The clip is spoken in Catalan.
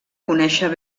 conèixer